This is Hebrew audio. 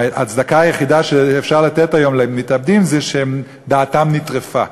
ההצדקה היחידה שאפשר לתת היום למתאבדים היא שדעתם נטרפה.